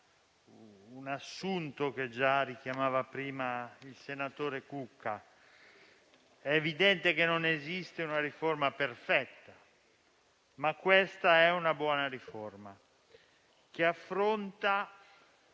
un assunto richiamato prima dal senatore Cucca. È evidente che non esiste una riforma perfetta, ma questa è una buona riforma, che affronta